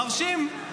מרשים.